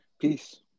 Peace